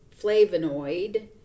flavonoid